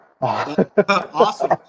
Awesome